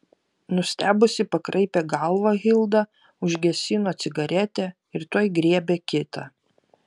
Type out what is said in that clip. nustebusi pakraipė galvą hilda užgesino cigaretę ir tuoj griebė kitą